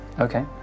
Okay